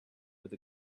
with